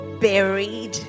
buried